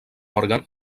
òrgan